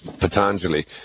Patanjali